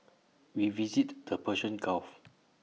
we visited the Persian gulf